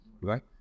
Right